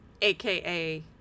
aka